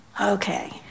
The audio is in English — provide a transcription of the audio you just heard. Okay